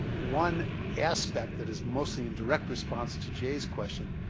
one aspect that is mostly in direct response to jay's question,